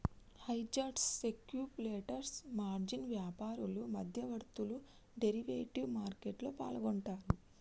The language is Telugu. హెడ్జర్స్, స్పెక్యులేటర్స్, మార్జిన్ వ్యాపారులు, మధ్యవర్తులు డెరివేటివ్ మార్కెట్లో పాల్గొంటరు